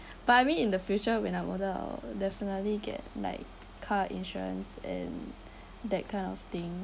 but I mean in the future when I'm older I'll definitely get like car insurance and that kind of thing